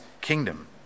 kingdom